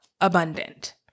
abundant